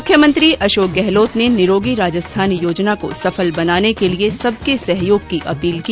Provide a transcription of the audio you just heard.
मुख्यमंत्री अशोक गहलोत ने निरोगी राजस्थान योजना को सफल बनाने के लिए सबके सहयोग की अपील की